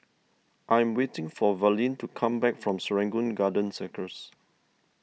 I am waiting for Verlene to come back from Serangoon Garden Circus